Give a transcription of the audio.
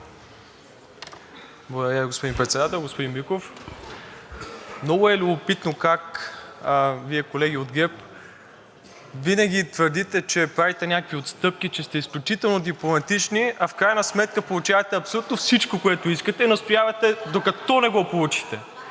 Благодаря Ви, господин Председател. Господин Биков, много е любопитно как Вие, колеги от ГЕРБ, винаги твърдите, че правите някакви отстъпки, че сте изключително дипломатични, а в крайна сметка получавате абсолютно всичко, което искате, настоявате, докато не го получите.